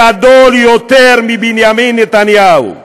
גדול יותר מבנימין נתניהו.